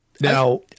Now